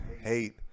hate